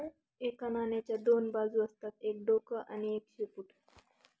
एका नाण्याच्या दोन बाजू असतात एक डोक आणि एक शेपूट